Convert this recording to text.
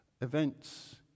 events